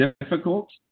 difficult